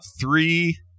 three